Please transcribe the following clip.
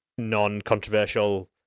non-controversial